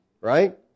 Right